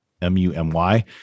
M-U-M-Y